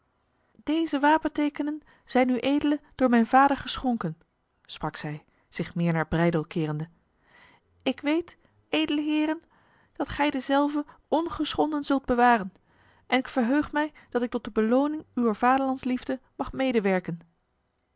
deze wapentekenen zijn uedele door mijn vader geschonken sprak zij zich meer naar breydel kerende ik weet edele heren dat gij dezelve ongeschonden zult bewaren en ik verheug mij dat ik tot de beloning uwer vaderlandsliefde mag medewerken